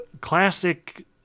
classic